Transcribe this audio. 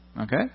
Okay